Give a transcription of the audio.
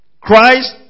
Christ